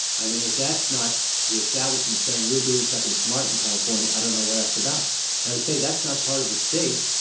i mean, if that's not the establishment saying you are doing something smart in california, i don't know what that's about. now to say that's not part of the state,